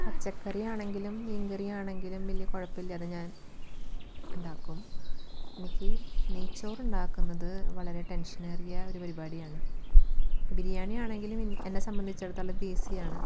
പച്ചക്കറിയാണെങ്കിലും മീൻകറി ആണെങ്കിലും വലിയ കുഴപ്പമില്ലാതെ ഞാൻ ഉണ്ടാക്കും എനിക്ക് നെയ്ച്ചോറ് ഉണ്ടാക്കുന്നത് വളരെ ടെൻഷനേറിയ ഒരു പരിപാടിയാണ് ബിരിയാണി ആണെങ്കിൽ എന്നെ സംബന്ധിച്ചെടത്തോളം അത് ഈസിയാണ്